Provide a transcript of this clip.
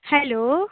hello